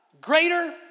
greater